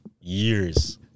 years